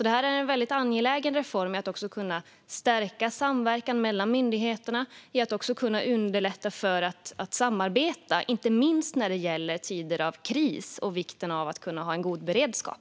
Det här är därför en angelägen reform också när det gäller att stärka samverkan mellan myndigheterna och underlätta samarbete, inte minst i tider av kris. Det handlar om vikten av att ha en god beredskap.